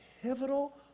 pivotal